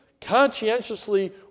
conscientiously